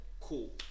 cool